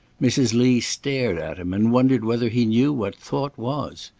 mrs. lee stared at him and wondered whether he knew what thought was.